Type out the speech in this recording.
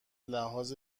لحاظ